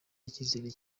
icyizere